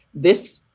this,